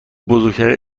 بزرگترین